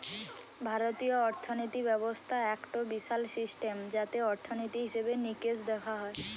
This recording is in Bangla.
ভারতীয় অর্থিনীতি ব্যবস্থা একটো বিশাল সিস্টেম যাতে অর্থনীতি, হিসেবে নিকেশ দেখা হয়